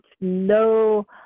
no